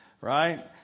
right